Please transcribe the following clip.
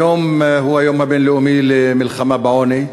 היום הוא היום הבין-לאומי למלחמה בעוני,